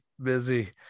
busy